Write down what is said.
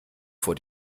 vor